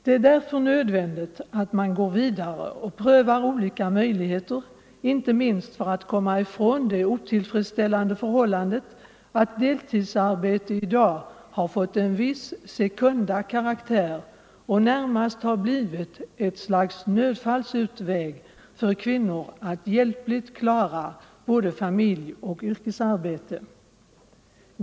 Det är därför nödvändigt att man går vidare och prövar olika möjligheter, inte minst för att komma ifrån det otillfredsställande förhållandet att deltidsarbete i dag fått en viss sekunda karaktär och närmast blivit ett slags nödfallsutväg för kvinnor att hjälpligt klara både familj och yrkesarbete.